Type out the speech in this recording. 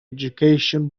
education